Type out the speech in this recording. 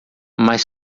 mas